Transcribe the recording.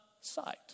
sight